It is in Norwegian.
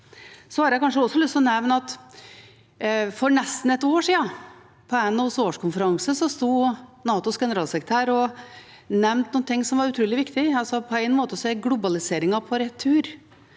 for nesten ett år siden, på NHOs årskonferanse, sto NATOs generalsekretær og nevnte noe som var utrolig viktig: På en måte er globaliseringen på retur.